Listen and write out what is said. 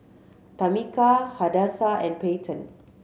Tamika Hadassah and Peyton